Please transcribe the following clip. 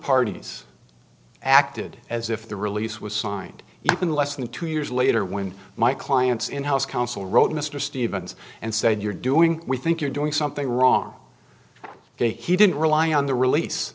parties acted as if the release was signed even less than two years later when my client's in house counsel wrote mr stevens and said you're doing we think you're doing something wrong jake he didn't rely on the release